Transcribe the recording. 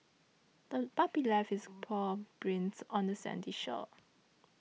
the puppy left its paw prints on the sandy shore